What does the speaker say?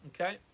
Okay